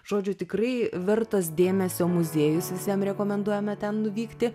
žodžiu tikrai vertas dėmesio muziejus visiem rekomenduojame ten nuvykti